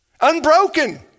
Unbroken